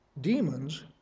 Demons